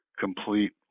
complete